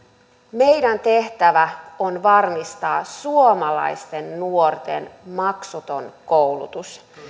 meidän tehtävämme on varmistaa suomalaisten nuorten maksuton koulutus